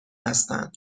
هستند